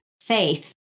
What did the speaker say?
Faith